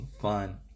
fun